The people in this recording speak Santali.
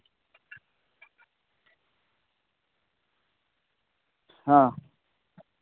ᱦᱮᱸ